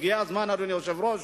הגיע הזמן, אדוני היושב-ראש,